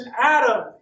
Adam